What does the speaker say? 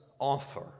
offer